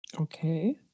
Okay